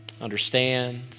understand